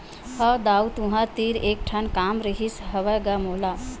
हव दाऊ तुँहर तीर एक ठन काम रिहिस हवय गा मोला